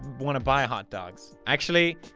wanna buy hot dogs actually.